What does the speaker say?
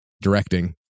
directing